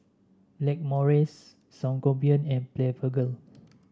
Blackmores Sangobion and Blephagel